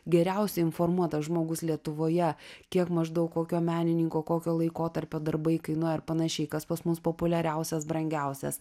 geriausiai informuotas žmogus lietuvoje kiek maždaug kokio menininko kokio laikotarpio darbai kainuoja ir panašiai kas pas mus populiariausias brangiausias